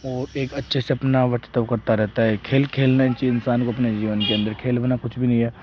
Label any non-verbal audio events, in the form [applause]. और एक अच्छे से अपना [unintelligible] करता रहता है खेल खेलना [unintelligible] इंसान को अपने जीवन के अंदर खेल बिना कुछ भी नहीं है